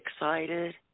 excited